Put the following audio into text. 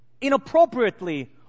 inappropriately